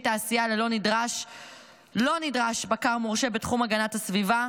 תעשייה לא נדרש בקר מורשה בתחום הגנת הסביבה,